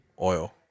oil